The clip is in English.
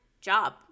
job